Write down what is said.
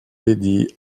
dédie